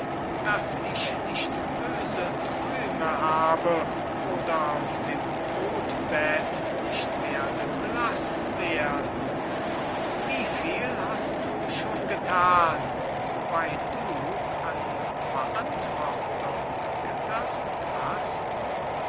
daß ich nicht böse träume habe oder auf dem todbett nicht werde blaß werden wie viel hast du schon gethan wobey du an verantwortung gedacht hast